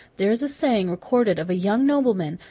there is a saying recorded of a young nobleman,